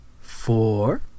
four